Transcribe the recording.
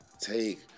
take